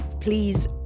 please